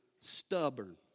stubborn